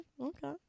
okay